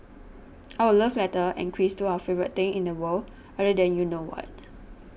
our love letter and quiz to our favourite thing in the world other than you know what